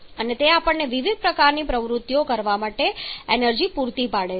અને તે આપણને વિવિધ પ્રકારની પ્રવૃત્તિઓ કરવા માટે પૂરતી એનર્જી પૂરી પાડે છે